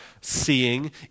seeing